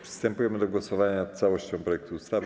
Przystępujemy do głosowania nad całością projektu ustawy.